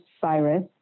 virus